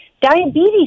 diabetes